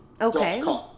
Okay